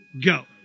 go